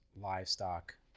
livestock